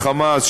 ה"חמאס",